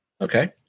Okay